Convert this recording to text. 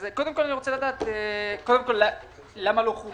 אז קודם כל אני רוצה לדעת, למה לא חולק,